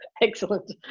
Excellent